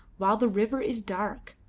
while the river is dark.